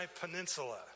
Peninsula